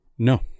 no